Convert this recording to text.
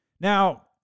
Now